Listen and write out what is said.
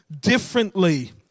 differently